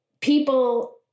people